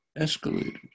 escalated